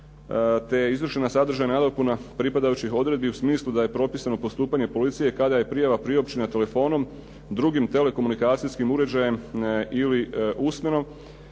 je izvršena sadržajna nadopuna pripadajućih odredbi u smislu da je propisano postupanje policije kada je prijava priopćena telefonom, drugim telekomunikacijskim uređajem ili usmeno.